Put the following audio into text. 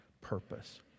purpose